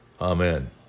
Amen